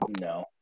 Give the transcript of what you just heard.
No